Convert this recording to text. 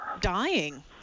dying